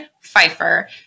Pfeiffer